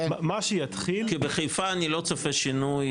כי בחיפה אני לא צופה שינוי,